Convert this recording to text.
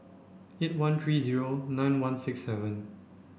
eight one three zero nine one six seven